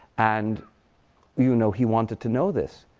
and you know he wanted to know this.